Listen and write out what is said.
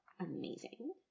Amazing